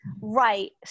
Right